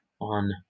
on